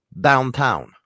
downtown